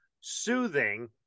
soothing